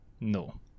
No